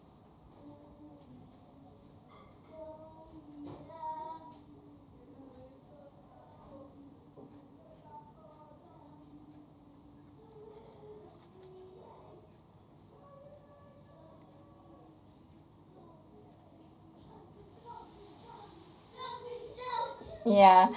yeah